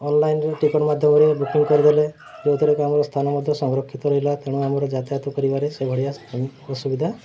ଅନ୍ଲାଇନ୍ରେ ଟିକେଟ୍ ମାଧ୍ୟମରେ ବୁକିଂ କରିଦେଲେ ଯେଉଁଥିରେ କି ଆମର ସ୍ଥାନ ମଧ୍ୟ ସଂରକ୍ଷିତ ରହିଲା ତେଣୁ ଆମର ଯାତାୟାତ କରିବାରେ ସେ ଭଳିଆ ଅସୁବିଧା